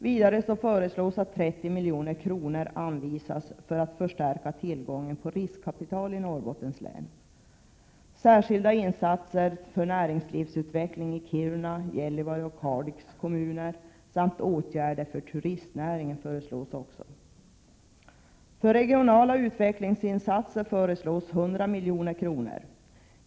Vidare föreslås att 30 milj.kr. anvisas för att förstärka tillgången på riskkapital i Norrbottens län. Särskilda insatser för näringslivsutveckling i Kiruna, Gällivare och Kalix kommuner samt åtgärder för turistnäringen föreslås också. För regionala utvecklingsinsatser föreslås 100 milj.kr.